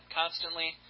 constantly